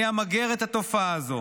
אני אמגר את התופעה הזו.